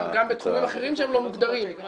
גם בתחומים אחרים שהם לא מוגדרים מכיוון